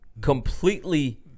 completely